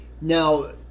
Now